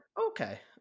Okay